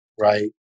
right